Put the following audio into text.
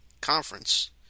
conference